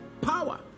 Power